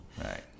Right